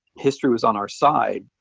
history was on our side,